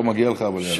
לא מגיע לך, אבל יאללה.